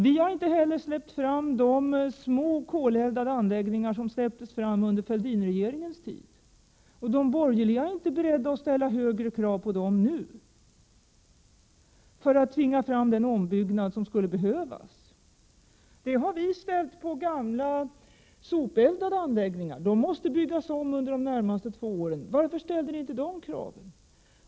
Vi har inte heller släppt fram de små koleldade anläggningar som släpptes fram under Fälldinregeringens tid. De borgerliga är inte beredda att ställa högre krav på dem nu för att tvinga fram den ombyggnad som skulle behövas. Det har vi gjort för gamla sopeldade anläggningar. De måste byggas om under de närmaste två åren. Varför ställde ni inte dessa krav?